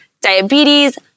diabetes